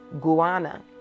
Guana